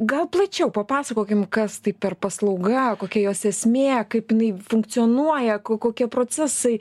gal plačiau papasakokim kas tai per paslauga kokia jos esmė kaip jinai funkcionuoja ko kokie procesai